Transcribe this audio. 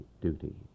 duty